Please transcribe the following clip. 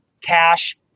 cash